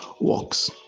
works